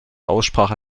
aussprache